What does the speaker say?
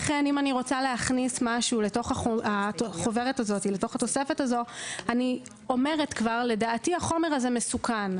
לכן אם אני רוצה להכניס משהו לחוברת הזאת אני אומרת שהחומר הזה מסוכן.